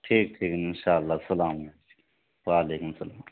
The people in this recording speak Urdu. ٹھیک ٹھیک انشاء اللہ السلام وعلیکم السلام